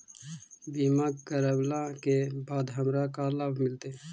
बीमा करवला के बाद हमरा का लाभ मिलतै?